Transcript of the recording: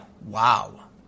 wow